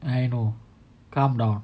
I know calm down